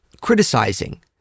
criticizing